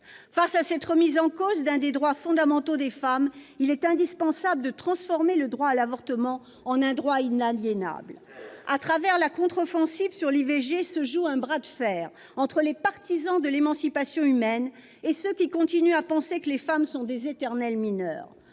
Face à cette remise en cause d'un des droits fondamentaux des femmes, il est indispensable de transformer le droit à l'avortement en un droit inaliénable. À travers la contre-offensive sur l'IVG se joue un bras de fer entre les partisans de l'émancipation humaine et ceux qui continuent à penser que les femmes sont d'éternelles mineures.